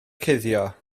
cuddio